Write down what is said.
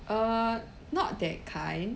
err not that kind